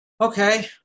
okay